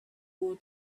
more